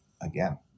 again